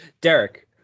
Derek